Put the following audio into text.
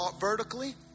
vertically